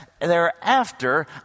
thereafter